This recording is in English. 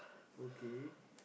okay